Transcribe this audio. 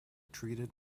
treated